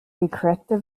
gecrackte